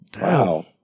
Wow